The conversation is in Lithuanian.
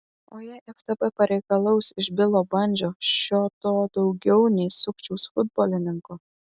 o jei ftb pareikalaus iš bilo bandžio šio to daugiau nei sukčiaus futbolininko